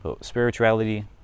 Spirituality